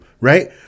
right